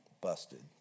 Busted